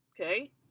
okay